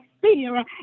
fear